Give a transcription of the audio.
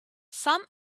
some